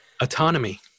autonomy